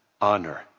honor